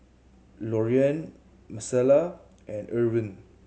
Loriann Micaela and Irvine